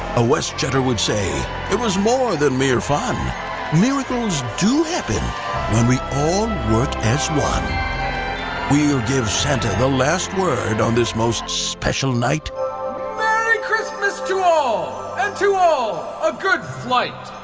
a westjetter would say it was more than mere fun miracles do happen when we all work as one we'll give santa the last word on this most special night merry christmas to all and to all a good flight!